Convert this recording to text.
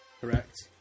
Correct